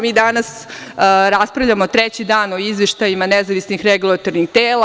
Mi danas raspravljamo treći dan o izveštajima nezavisnih regulatornih tela.